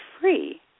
free